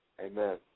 Amen